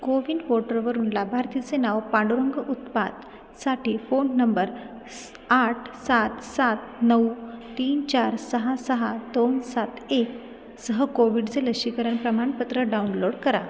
कोविन पोट्रवरून लाभार्थीचे नाव पांडुरंग उत्पातसाठी फोन नंबर स् आठ सात सात नऊ तीन चार सहा सहा दोन सात एकसह कोविडचे लसीकरण प्रमाणपत्र डाउनलोड करा